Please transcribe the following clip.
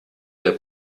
der